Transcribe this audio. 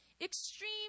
extreme